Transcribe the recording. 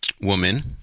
woman